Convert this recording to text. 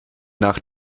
nach